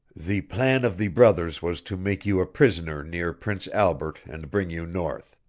the plan of the brothers was to make you a prisoner near prince albert and bring you north.